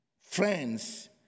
Friends